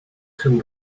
till